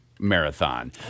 Marathon